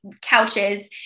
couches